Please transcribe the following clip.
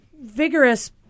vigorous